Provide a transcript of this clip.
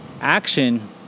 action